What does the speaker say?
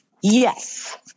Yes